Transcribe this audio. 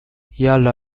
یالا